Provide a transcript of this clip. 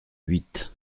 huit